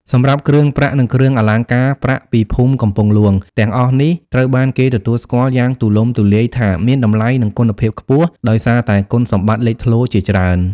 សម្រាប់់គ្រឿងប្រាក់ និងគ្រឿងអលង្ការប្រាក់ពីភូមិកំពង់ហ្លួង ទាំងអស់នេះ ត្រូវបានគេទទួលស្គាល់យ៉ាងទូលំទូលាយថាមានតម្លៃ និងគុណភាពខ្ពស់ ដោយសារតែគុណសម្បត្តិលេចធ្លោជាច្រើន។